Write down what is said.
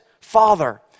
Father